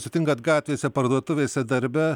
sutinkat gatvėse parduotuvėse darbe